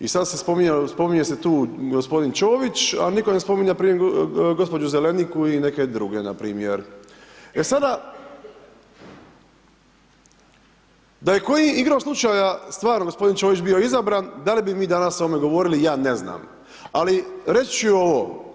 I sad se spominje, spominje se tu gospodin Čović, a nitko ne spominje gospođu Zeleniku i neke druge npr. E sada, da je koji, igrom slučaja, stvarno gospodin Čović bio izabran, da li bi mi danas o tome govorili, ja ne znam, ali reći ću ovo.